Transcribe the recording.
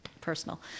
personal